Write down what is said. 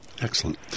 Excellent